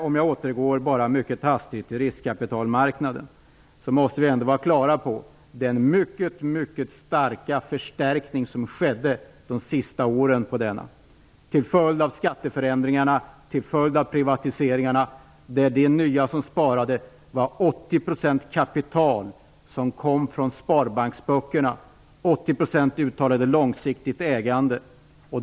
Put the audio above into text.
Om jag bara mycket hastigt återgår till riskkapitalmarknaden, måste vi vara klara över den mycket kraftiga förstärkning som gjordes på den under de senaste åren, till följd av skatteförändringarna och till följd av privatiseringarna. 80 % av kapitalet kom från sparbanksböckerna. 80 % ville ha ett långsiktigt ägande.